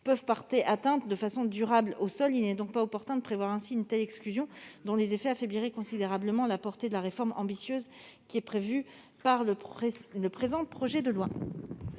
peuvent porter atteinte au sol de façon durable. Il n'est donc pas opportun de prévoir ainsi une telle exclusion dont les effets affaibliraient considérablement la portée de la réforme ambitieuse prévue par le présent projet de loi.